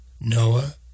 Noah